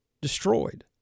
destroyed